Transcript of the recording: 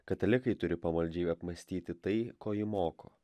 katalikai turi pamaldžiai apmąstyti tai ko ji moko